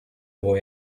boy